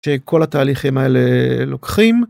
שכל התהליכים האלה לוקחים.